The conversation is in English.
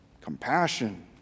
compassion